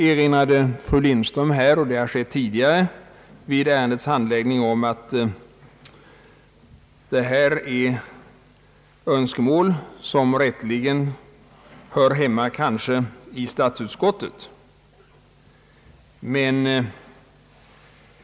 Fru Lindström erinrade sedan liksom tidigare vid ärendets handläggning om att detta är önskemål som rätteligen hör hemma i statsutskottet.